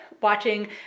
watching